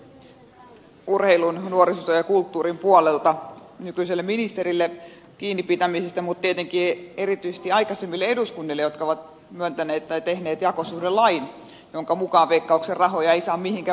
ihan ensin kiitokset urheilun nuorisotyön ja kulttuurin puolelta nykyiselle ministerille kiinni pitämisestä mutta tietenkin erityisesti aikaisemmille eduskunnille jotka ovat tehneet jakosuhdelain jonka mukaan veikkauksen rahoja ei saa mihinkään muuhun käyttää